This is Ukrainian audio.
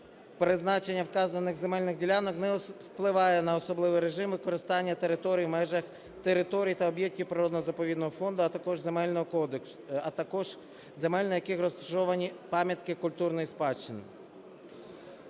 призначення вказаних земельних ділянок не впливає на особливий режим використання територій в межах територій та об'єктів природно-заповідного фонду, а також Земельного кодексу, а також земель, на яких розташовані пам'ятки культурної спадщини.